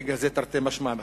ההגה הזה תרתי משמע,